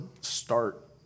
start